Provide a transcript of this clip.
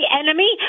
enemy